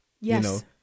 Yes